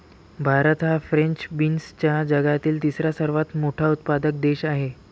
भारत हा फ्रेंच बीन्सचा जगातील तिसरा सर्वात मोठा उत्पादक देश आहे